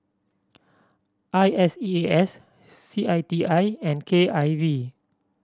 I S E A S C I T I and K I V